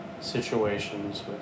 situations